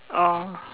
oh